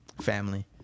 family